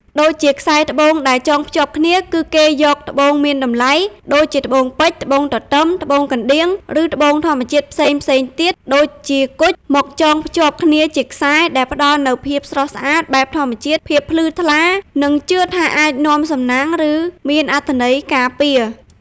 ដូចជា ខ្សែត្បូងដែលចងភ្ជាប់គ្នា គឺគេយកត្បូងមានតម្លៃ (ដូចជាត្បូងពេជ្រ ត្បូងទទឹម ត្បូងកណ្ដៀង) ឬត្បូងធម្មជាតិផ្សេងៗទៀត (ដូចជាគុជ) មកចងភ្ជាប់គ្នាជាខ្សែ ដែលផ្តល់នូវភាពស្រស់ស្អាតបែបធម្មជាតិ ភាពភ្លឺថ្លា និងជឿថាអាចនាំសំណាង ឬមានអត្ថន័យការពារ។